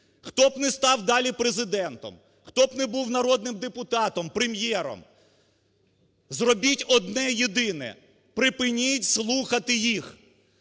Хто б не став далі Президентом, хто б не був народним депутатом, прем'єром, зробіть одне єдине, припиніть слухати їх,